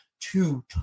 two